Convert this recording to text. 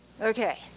Okay